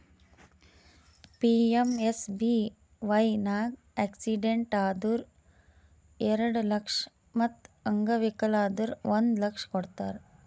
PMSBY ನಾಗ್ accident ಆದುರ್ ಎರಡು ಲಕ್ಷ ಮತ್ ಅಂಗವಿಕಲ ಆದುರ್ ಒಂದ್ ಲಕ್ಷ ಕೊಡ್ತಾರ್